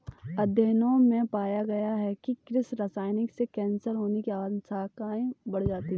अध्ययनों में पाया गया है कि कृषि रसायनों से कैंसर होने की आशंकाएं बढ़ गई